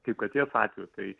kaip katės atveju tai